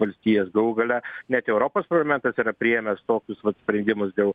valstijos galų gale net europos parlamentas yra priėmęs tokius sprendimus dėl